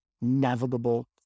navigable